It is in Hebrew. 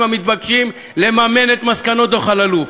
המתבקשים ולממן את מסקנות דוח אלאלוף.